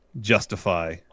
justify